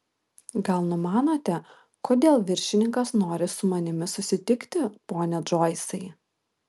gal numanote kodėl viršininkas nori su manimi susitikti pone džoisai